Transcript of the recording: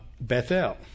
Bethel